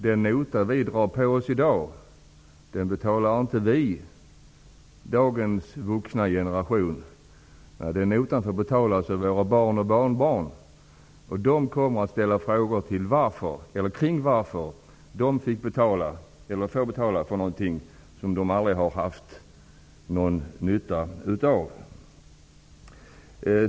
Den nota vi drar på oss i dag betalar förvisso inte dagens vuxna generation -- den får betalas av våra barn och barnbarn. De kommer att ställa frågor om varför de får betala för någonting som de aldrig har haft någon nytta av.